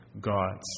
God's